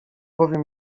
bowiem